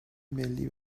ملی